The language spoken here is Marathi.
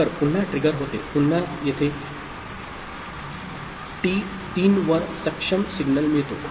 तर पुन्हा ट्रिगर होते पुन्हा येथे t3 वर सक्षम सिग्नल मिळतो